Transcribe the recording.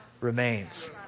remains